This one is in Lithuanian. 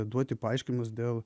duoti paaiškinimus dėl